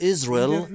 Israel